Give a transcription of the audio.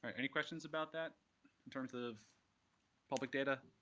any questions about that in terms of public data?